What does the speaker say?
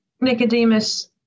nicodemus